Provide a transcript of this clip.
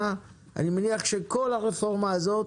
שכל הרפורמה הזאת